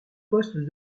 postes